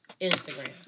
Instagram